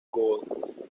goal